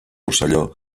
rosselló